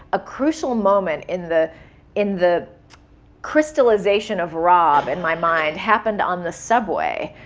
a crucial moment in the in the crystallization of rob in my mind, happened on the subway.